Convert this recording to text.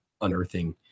unearthing